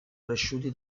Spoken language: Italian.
cresciuti